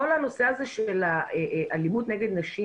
כל הנושא הזה של האלימות נגד נשים